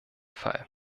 fall